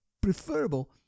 preferable